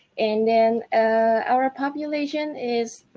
and then ah our population is